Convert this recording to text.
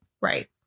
Right